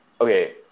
okay